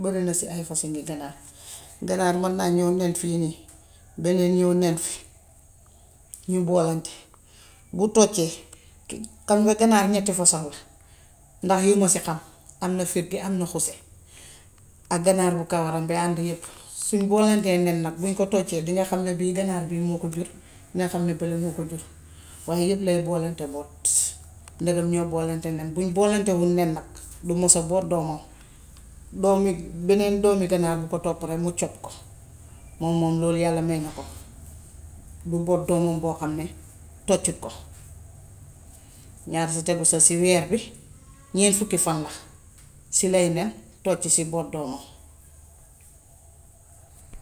Bërina si ay fasoŋi ganaar. Ganaar man naa ñów nen fii nii, beneen ñów nen fi ñu booleente. Bu tocee xam nga que ganaar ñetti façon la ndax yi ma si xam: am ne fëgge, am na xusi ak ganaar bu kawaram gi hànd yépp. Suñ booleenteey nen nag, buñ ko toctee dinga xam ne bii ganaar bii moo ko jur nga xam ne bële moo ko jur waaye yépp day booleente boot ndegam ñoo booleente nag. Buñ booleentewul nen nag, du mus a boot doomam. Doom yi, beneen doomi ganaar bu ko topp rekk mu cop ko. Moom moom loolu yàlla may na ko ko. Du boot doomam boo xam ne tocu ko laata tegu sa si weer bi ñeen fukki fan la. Si lay nen, tocu si, boot doomam.